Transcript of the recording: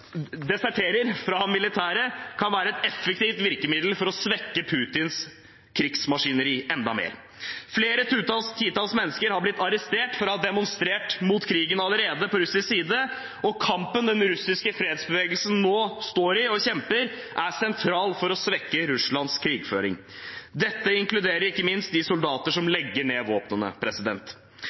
deserterer fra militæret, kan være et effektivt virkemiddel for å svekke Putins krigsmaskineri enda mer. Flere titalls mennesker har allerede blitt arrestert for å ha demonstrert mot krigen på russisk side, og kampen den russiske fredsbevegelsen nå står i og kjemper, er sentral for å svekke Russlands krigføring. Dette inkluderer ikke minst de soldater som legger ned våpnene.